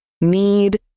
need